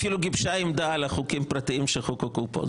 אפילו גיבשה עמדה על חוקים פרטיים שחוקקו פה.